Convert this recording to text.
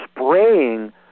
spraying